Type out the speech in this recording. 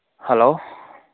hello